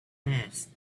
asked